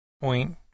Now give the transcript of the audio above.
point